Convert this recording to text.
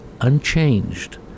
unchanged